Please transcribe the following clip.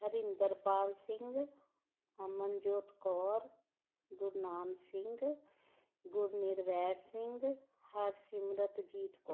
Harinderpal Singh Amanjot Kaur Gurnam Singh Gurnirvair Singh Harsimratjeet Kaur